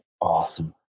awesome